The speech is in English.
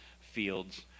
fields